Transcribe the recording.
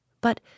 But